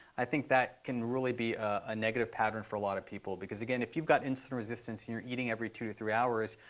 i think that can really be a negative pattern for a lot of people because, again, if you've got insulin resistance, and you're eating every two to three hours,